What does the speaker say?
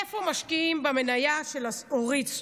איפה משקיעים במניה של אורית סטרוק?